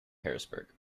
harrisburg